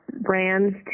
brands